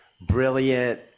brilliant